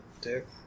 dick